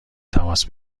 تماس